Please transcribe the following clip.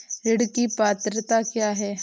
ऋण की पात्रता क्या है?